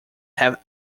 have